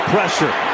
Pressure